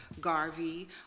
Garvey